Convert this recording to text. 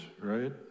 right